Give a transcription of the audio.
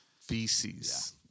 feces